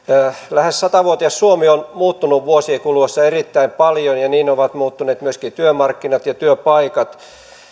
lähes satavuotias suomi on muuttunut vuosien kuluessa erittäin paljon ja niin ovat muuttuneet myöskin työmarkkinat ja työpaikat